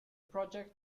project